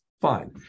Fine